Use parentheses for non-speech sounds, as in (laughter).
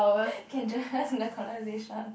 (laughs) can join us in the conversation